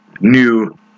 new